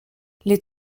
les